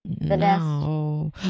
No